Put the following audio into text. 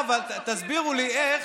איך אבל, תסבירו לי איך,